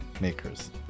makers